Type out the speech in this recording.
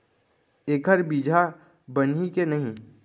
एखर बीजहा बनही के नहीं?